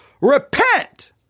repent